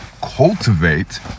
cultivate